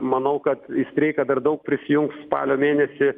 manau kad streiką dar daug prisijungs spalio mėnesį